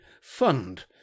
Fund